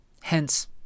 Hence